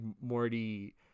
Morty